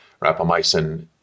rapamycin